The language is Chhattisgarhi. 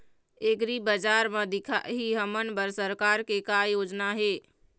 एग्रीबजार म दिखाही हमन बर सरकार के का योजना हे?